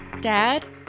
Dad